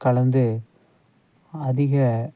கலந்து அதிக